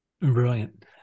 brilliant